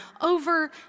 over